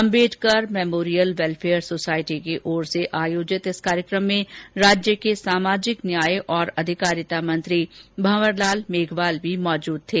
Ambedkar memorial welfare society की ओर से आयोजित इस कार्यक्रम में राज्य के सामाजिक न्याय और अधिकारिता मंत्री भंवरलाल मेघवाल भी मौजूद थे